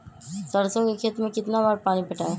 सरसों के खेत मे कितना बार पानी पटाये?